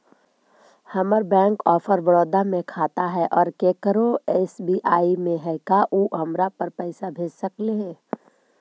हमर bank of Baroda में खाता है और केकरो एस.बी.आई में है का उ हमरा पर पैसा भेज सकले हे?